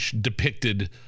depicted